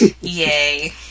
Yay